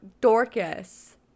Dorcas